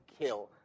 kill